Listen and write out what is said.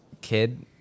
kid